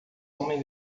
homem